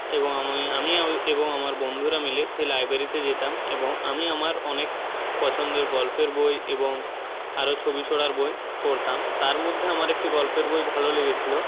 এবং আমি এবং আমার বন্ধুরা মিলে সেই লাইবেরিতে যেতাম এবং আমি আমার অনেক পছন্দের গল্পের বই এবং আরও ছবি ছড়ার বই পড়তাম তার মধ্যে আমার একটি গল্পের বই ভালো লেগেছিল